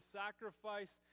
sacrifice